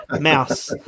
mouse